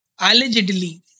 allegedly